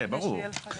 כן, ברור.